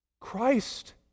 Christ